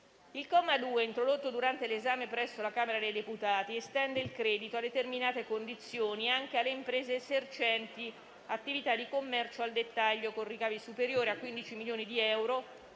Il comma 2-*bis*, introdotto durante l'esame presso la Camera dei deputati, estende il credito, a determinate condizioni, anche alle imprese esercenti attività di commercio al dettaglio, con ricavi superiori a 15 milioni di euro